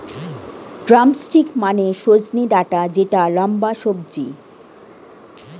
drumstick মানে সজনে ডাটা যেটা লম্বা সবজি